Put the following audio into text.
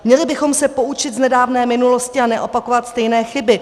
Měli bychom se poučit z nedávné minulosti a neopakovat stejné chyby.